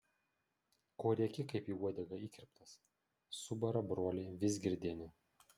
ko rėki kaip į uodegą įkirptas subara brolį vizgirdienė